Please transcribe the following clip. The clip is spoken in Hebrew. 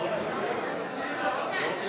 (תיקון מס'